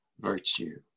virtue